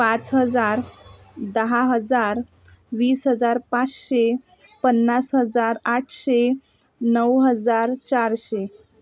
पाच हजार दहा हजार वीस हजार पाचशे पन्नास हजार आठशे नऊ हजार चारशे